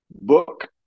book